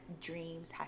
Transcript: dreams